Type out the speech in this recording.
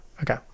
Okay